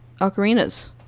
ocarinas